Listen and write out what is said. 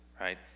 right